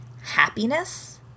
happiness